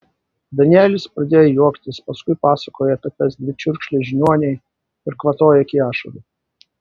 danielis pradėjo juoktis paskui pasakojo apie tas dvi čiurkšles žiniuonei ir kvatojo iki ašarų